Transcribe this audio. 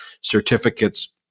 certificates